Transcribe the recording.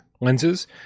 lenses